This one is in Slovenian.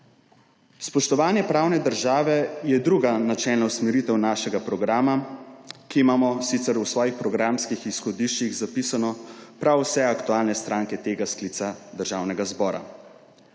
Spoštovanje pravne države je druga načelna usmeritev našega programa, ki jo imamo sicer v svojih programskih izhodiščih zapisano prav vse aktualne stranke tega sklica Državnega zbora.